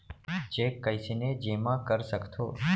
Cheque कईसने जेमा कर सकथो?